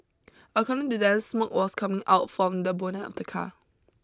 according to them smoke was coming out from the bonnet of the car